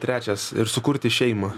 trečias ir sukurti šeimą